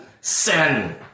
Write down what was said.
sin